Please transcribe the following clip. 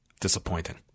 disappointing